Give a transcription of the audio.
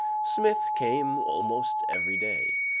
smith came almost every day.